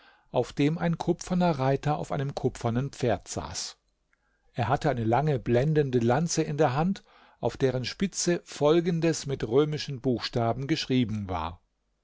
auf dem ein kupferner reiter auf einem kupfernen pferd saß er hatte eine lange blendende lanze in der hand auf deren spitze folgendes mit römischen buchstaben geschrieben war